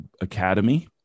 Academy